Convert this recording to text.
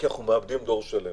כי אנחנו מאבדים דור שלם,